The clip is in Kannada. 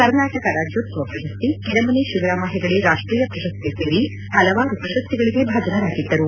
ಕರ್ನಾಟಕ ರಾಜ್ಯೋತ್ಸವ ಪ್ರಶಸ್ತಿ ಕೆರೆಮನೆ ಶಿವರಾಮ ಹೆಗಡೆ ರಾಷ್ಷೀಯ ಪ್ರಶಸ್ತಿ ಸೇರಿ ಹಲವಾರು ಪ್ರಶಸ್ತಿಗಳಗೆ ಭಾಜನರಾಗಿದ್ದರು